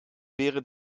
wäre